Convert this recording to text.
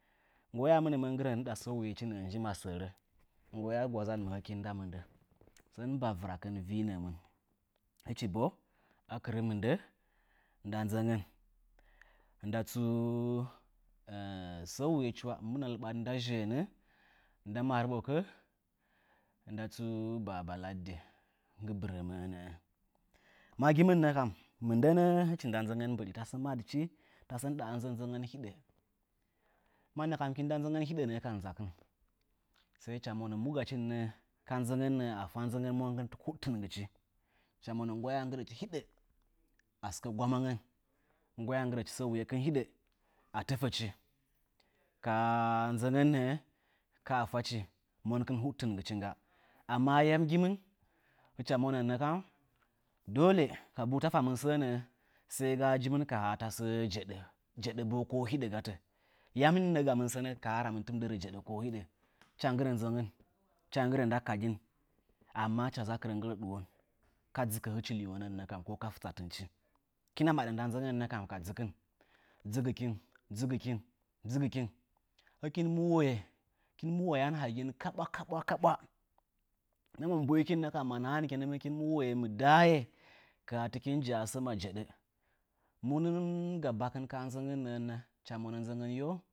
Nggwaya a nggɨrəmə ndɨɗa sə wuyechi. Sənsə wuyechi nggwaya a gwazan mɨn nda mɨndən. Sənsə bavɨrakɨn viinəmɨn. Hɨchi bo akɨrə mɨndə nda nəəngən, nda tsuu sə wuyechi wa hɨmɨna lɨbadɨ nda zheənə nda marɓokə, nda tsuu baba laddə ngiɨ bɨrəməə nəə. Ma gimɨnnə kam mɨndənə hɨchi nda nzəngaŋn mbɨɗi, tasə madɨchi, nda nzəngən hiɗə. Manna kam nɨkin nda nzəngən hiɗə nəə ka nzakɨn. Hicha monə mu gachi nə, ka nəəngən hiɗə, afa nzəngən huɗtɨngɨchi? Hɨcha monə nggwaya anggɨrəchi hiɗə a sɨkə gwaməngən, nggwa a nggɨrəchi sə wuye kɨn hiɗə a təfəchi ka nzəngən nəə. ka a fachi mankɨn huɗtɨngɨchi ngga. Amma yam gimɨn? Hɨcha monənnə kam, dolə kabuu tafamɨn səə nəə, sai ga jimɨn ka tasə jeɗə. Ko hiɗə gatə. Yaminnə gamɨn sənə ka haa vamɨn tɨmɨn rə jeɗə ko hiɗə? Hicha nggɨrə nzəngən, hɨcha nggɨrə nda kadin amma hɨcha zakɨrə nggɨrə ɗuwon ka dzɨkə liwonənna kam ko ka fɨtsatɨnchi. Hɨkina maɗə nda nzəngənnə kam ka dzɨkɨn. Dzɨgikin, dzɨgɨkin, dzɨgɨkin. Hikin mɨ noye, hɨkin mɨ wayan hagin kaɓwakaɓwa. Ma mbuikin ma nahankin hɨkin mɨ woye mɨ daye, ka haa tɨkin ja'a sə ma jeɗə, munɨn ga bkɨn ka ɨnzəngən nə'ənnə, hɨcha monə yo